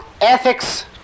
ethics